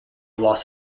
loss